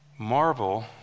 Marvel